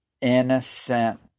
innocent